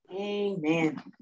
Amen